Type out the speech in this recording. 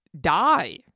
die